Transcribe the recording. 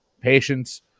patience